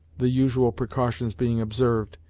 the usual precautions being observed,